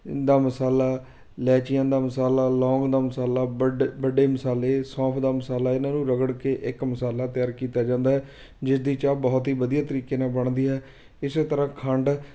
ਦਾ ਮਸਾਲਾ ਲੈਚੀਆਂ ਦਾ ਮਸਾਲਾ ਲੌਂਗ ਦਾ ਮਸਾਲਾ ਵੱਡ ਵੱਡੇ ਮਸਾਲੇ ਸੌਂਫ ਦਾ ਮਸਾਲਾ ਇਹਨਾਂ ਨੂੰ ਰਗੜ ਕੇ ਇੱਕ ਮਸਾਲਾ ਤਿਆਰ ਕੀਤਾ ਜਾਂਦਾ ਹੈ ਜਿਸਦੀ ਚਾਹ ਬਹੁਤ ਹੀ ਵਧੀਆ ਤਰੀਕੇ ਨਾਲ ਬਣਦੀ ਹੈ ਇਸੇ ਤਰ੍ਹਾਂ ਖੰਡ